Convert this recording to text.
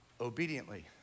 obediently